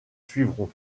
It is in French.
suivront